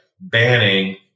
banning